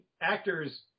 actors